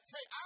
Hey